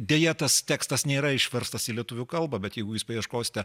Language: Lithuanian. deja tas tekstas nėra išverstas į lietuvių kalbą bet jeigu jūs paieškosite